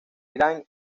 irán